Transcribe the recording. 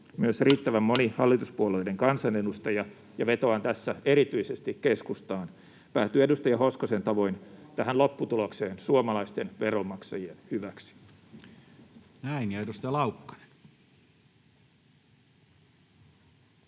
koputtaa] hallituspuolueiden kansanedustaja — ja vetoan tässä erityisesti keskustaan — päätyy edustaja Hoskosen tavoin tähän lopputulokseen suomalaisten veronmaksajien hyväksi. Näin. — Ja edustaja Laukkanen.